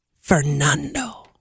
Fernando